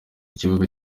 ikibuga